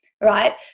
right